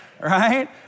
Right